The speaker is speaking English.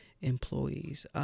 employees